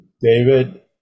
David